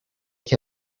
che